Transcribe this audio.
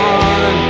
on